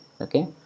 Okay